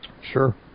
Sure